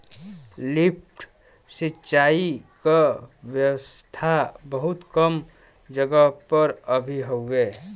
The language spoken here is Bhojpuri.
लिफ्ट सिंचाई क व्यवस्था बहुत कम जगह पर अभी हउवे